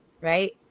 right